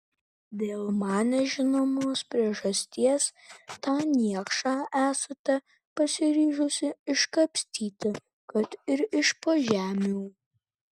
dėl man nežinomos priežasties tą niekšą esate pasiryžusi iškapstyti kad ir iš po žemių